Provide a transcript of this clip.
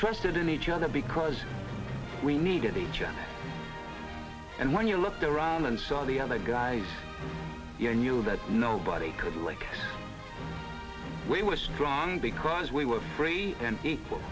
trusted in each other because we needed each other and when you looked around and saw the other guys you knew that nobody could like we were strong because we were free and equal